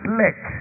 let